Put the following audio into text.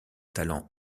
talent